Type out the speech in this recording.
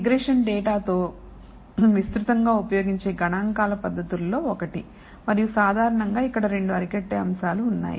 regression డేటాతో విస్తృతంగా ఉపయోగించే గణాంకాల పద్ధతులలో ఒకటి మరియు సాధారణంగా ఇక్కడ 2 అరికట్టే అంశాలు ఉన్నాయి